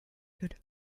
could